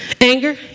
Anger